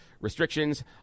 restrictions